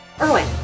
Erwin